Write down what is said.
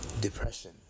depression